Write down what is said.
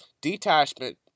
detachment